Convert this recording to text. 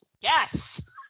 Yes